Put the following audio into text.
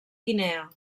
guinea